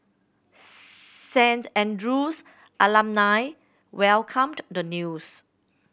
Saint Andrew's alumni welcomed the news